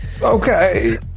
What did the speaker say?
Okay